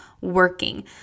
working